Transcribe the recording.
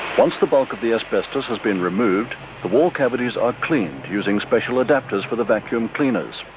once the bulk of the asbestos has been removed the wall cavities are cleaned using special adapters for the vacuum cleaners.